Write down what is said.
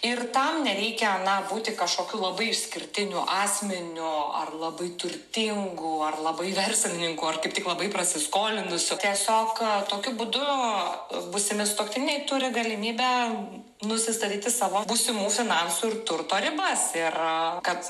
ir tam nereikia na būti kažkokiu labai išskirtiniu asmeniu ar labai turtingu ar labai verslininku ar kaip tik labai prasiskolinusiu tiesiog tokiu būdu būsimi sutuoktiniai turi galimybę nusistatyti savo būsimų finansų ir turto ribas ir kad